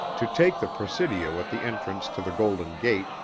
to take the presidio at the entrance to the golden gate,